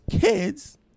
kids